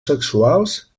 sexuals